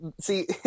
see